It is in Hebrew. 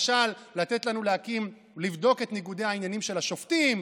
למשל לבדוק את ניגודי העניינים של השופטים,